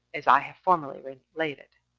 as i have formerly related.